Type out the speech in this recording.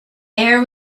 air